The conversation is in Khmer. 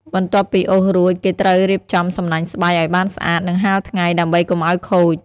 បន្ទាប់ពីអូសរួច គេត្រូវរៀបចំសំណាញ់ស្បៃឲ្យបានស្អាត និងហាលថ្ងៃ ដើម្បីកុំឲ្យខូច។